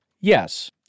Yes